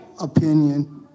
opinion